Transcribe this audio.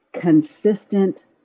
consistent